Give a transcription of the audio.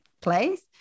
place